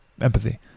Empathy